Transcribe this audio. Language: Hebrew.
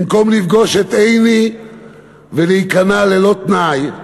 במקום לפגוש את עיני ולהיכנע ללא תנאי,